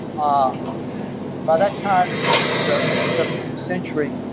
ah by that time at the end of the of the seventeenth century,